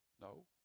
No